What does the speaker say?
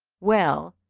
well,